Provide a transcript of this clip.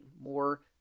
more